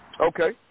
Okay